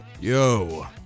Yo